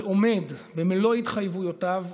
ועומד במלוא התחייבויותיו,